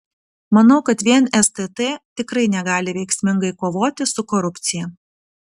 manau kad vien stt tikrai negali veiksmingai kovoti su korupcija